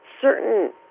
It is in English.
certain